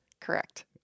Correct